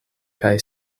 kaj